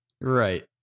Right